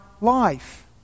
life